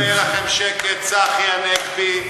לא יהיה לכם שקט, צחי הנגבי.